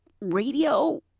radio